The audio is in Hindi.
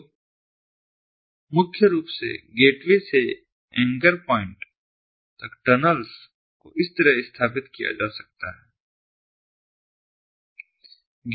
तो मुख्य रूप से Gateway से एंकर प्वाइंट तक टनल्स को इस तरह स्थापित किया जा सकता है